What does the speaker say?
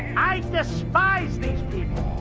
i despise these people.